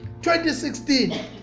2016